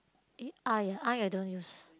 eh eye ah eye I don't use